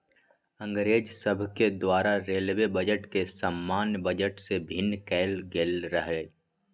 अंग्रेज सभके द्वारा रेलवे बजट के सामान्य बजट से भिन्न कएल गेल रहै